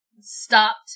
stopped